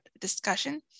discussion